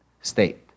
state